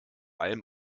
allem